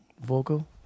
vocal